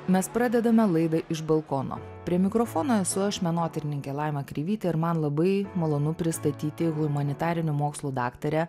mes pradedame laidą iš balkono prie mikrofono esu aš menotyrininkė laima kreivytė ir man labai malonu pristatyti humanitarinių mokslų daktarę